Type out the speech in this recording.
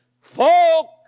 Folk